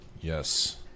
Yes